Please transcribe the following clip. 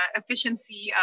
efficiency